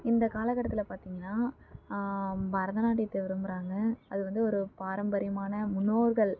இந்த காலகட்டத்தில் பார்த்தீங்கன்னா பரதநாட்டியத்தை விரும்புகிறாங்க அது வந்து ஒரு பாரம்பரியமான முன்னோர்கள்